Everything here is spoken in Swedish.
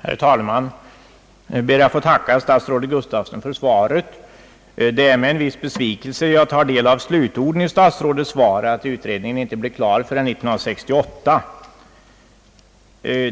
Herr talman! Jag ber att få tacka statsrådet Gustafsson för svaret på min fråga. Det är med en viss besvikelse som jag tar del av slutorden i svaret, att utredningen inte blir klar förrän 1968.